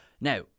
Now